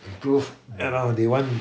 improve you know they want